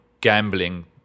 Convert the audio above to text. gambling